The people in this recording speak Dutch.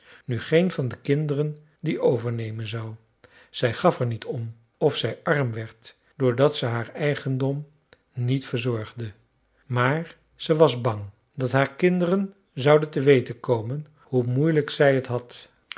nu geen van de kinderen die overnemen zou zij gaf er niet om of zij arm werd doordat ze haar eigendom niet verzorgde maar ze was bang dat haar kinderen zouden te weten komen hoe moeilijk zij het had